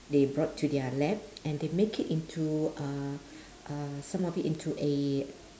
they brought to their lab and they make it into uh um some of it into a